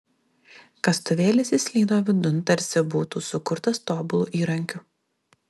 kastuvėlis įslydo vidun tarsi būtų sukurtas tobulu įrankiu